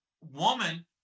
woman